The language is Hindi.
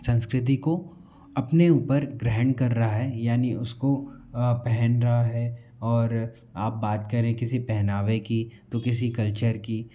संस्कृति को अपने ऊपर ग्रहण कर रहा है यानी उसको पहन रहा है और आप बात करें किसी पहनावे की तो किसी कल्चर की